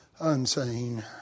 Unseen